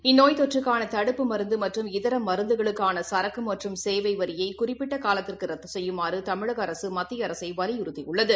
இந்நோய்த்தொற்றுக்கானதடுப்பு மருந்துமற்றம் இதரமருந்துகளுக்கானசரக்குமற்றும் சேவைவரியைகுறிப்பிட்டகாலத்திற்குரத்துசெய்யுமாறுதமிழகஅரசுமத்தியஅரசைவலியுறுத்திஉள்ளது